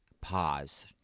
Pause